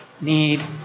need